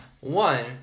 One